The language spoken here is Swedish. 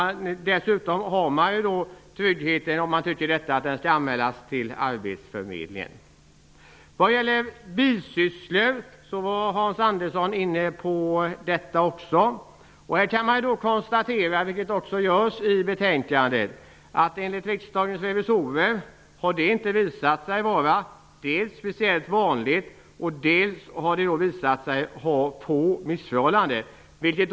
Dessutom kvarstår ju tryggheten, om man anser att platsen skall anmälas till arbetsförmedlingen. Hans Andersson var inne på frågan om bisysslor. Man kan konstatera, som man gör i betänkandet, att det inte visat sig vara speciellt vanligt med bisysslor, enligt riksdagens revisorer. Det har också visats att få missförhållanden förekommer.